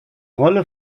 rolle